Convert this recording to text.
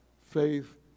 faith